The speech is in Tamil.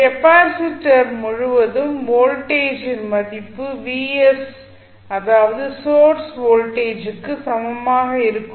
கெப்பாசிட்டர் முழுவதும் வோல்டேஜின் மதிப்பு அதாவது சோர்ஸ் வோல்டேஜ் க்கு சமமாக இருக்கும்